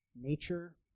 nature